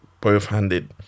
both-handed